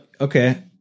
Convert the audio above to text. okay